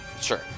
sure